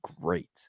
great